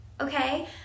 okay